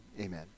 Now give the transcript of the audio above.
amen